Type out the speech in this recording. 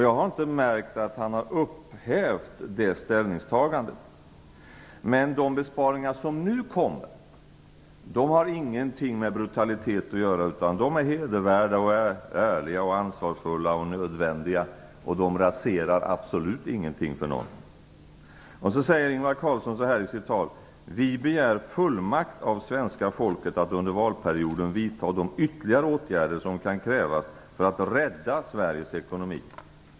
Jag har inte heller märkt att han har upphävt det ställningstagandet. Men de besparingar som nu kommer har ingenting med brutalitet att göra. De är i stället hedervärda, ärliga, ansvarsfulla och nödvändiga. De raserar absolut ingenting för någon. I sitt tal säger Ingvar Carlsson: "Vi begär fullmakt av svenska folket att under valperioden vidta de ytterligare åtgärder som kan krävas för att rädda Sveriges ekonomi."